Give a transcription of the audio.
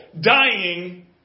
dying